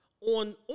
on